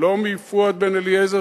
לא מפואד בן-אליעזר,